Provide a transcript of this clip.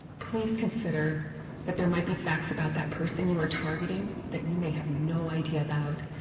please consider that there might be facts about that person you are targeting that you may have no idea about,